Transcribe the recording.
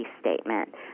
statement